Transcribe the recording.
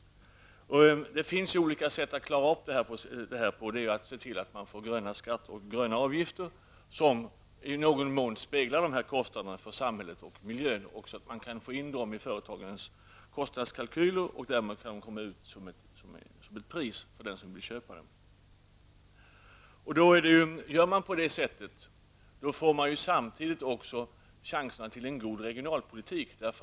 Det finns ett bra sätt att lösa detta problem, nämligen genom att införa ''gröna'' skatter och ''gröna'' avgifter för att täcka samhällets kostnader för att rädda miljön. Skatterna och avgifterna kan tas med i företagens kostnadskalkyler och avspeglas i det pris som köparen betalar för varorna. Gör man på det viset ökar också chanserna till en god regionalpolitik.